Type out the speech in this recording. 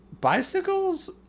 Bicycles